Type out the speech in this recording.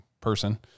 person